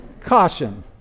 Caution